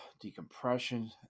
decompression